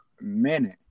minute